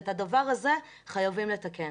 את הדבר הזה חייבים לתקן.